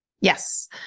Yes